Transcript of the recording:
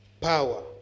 power